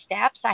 steps